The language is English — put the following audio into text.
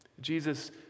Jesus